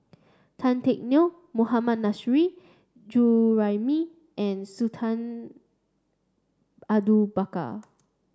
Tan Teck Neo Mohammad Nurrasyid Juraimi and Sultan Abu Bakar